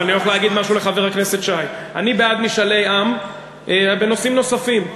אני הולך להגיד משהו לחבר הכנסת שי: אני בעד משאלי עם בנושאים נוספים.